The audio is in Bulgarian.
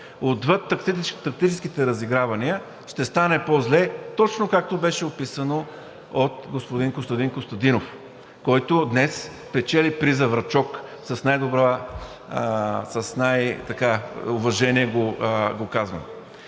отвъд тактическите разигравания, ще стане по-зле точно както беше описано от господин Костадин Костадинов, който днес печели призът „врачок“ – с уважение го казвам.